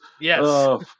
Yes